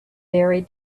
very